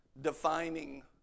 defining